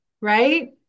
Right